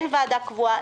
אין ועדה קבועה,